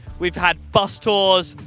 we've had bus tours,